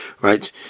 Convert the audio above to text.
right